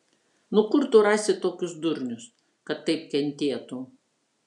nu kur tu rasi tokius durnius kad taip kentėtų